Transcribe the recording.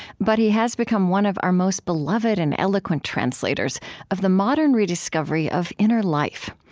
but he has become one of our most beloved and eloquent translators of the modern rediscovery of inner life.